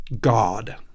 God